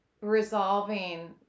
resolving